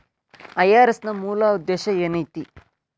IRS ನ ಮೂಲ್ ಉದ್ದೇಶ ಏನೈತಿ?